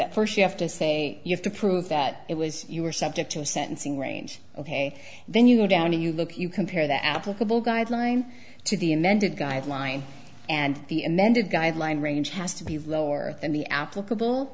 that first you have to say you have to prove that it was you were subject to a sentencing range ok then you go down and you look you compare that applicable guideline to the amended guideline and the amended guideline range has to be lower than the applicable